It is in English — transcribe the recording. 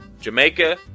Jamaica